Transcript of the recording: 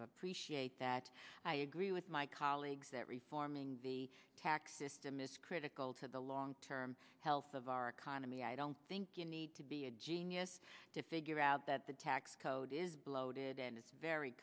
appreciate that i agree with my colleagues that reforming the tax system is critical to the long term health of our economy i don't think you need to be a genius to figure out that the tax code is bloated and it's very